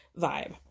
vibe